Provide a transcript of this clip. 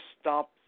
stop